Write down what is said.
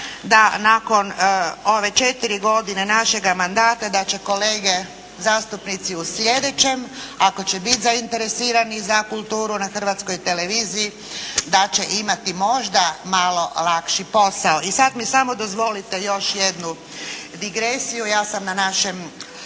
da nakon ove četiri godine našega mandata da će kolege zastupnici u sljedećem, ako će bit zainteresirani za kulturu na Hrvatskoj televiziji, da će imati možda malo lakši posao. I sad mi samo dozvolite još jednu digresiju. Ja sam na našem